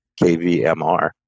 KVMR